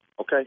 Okay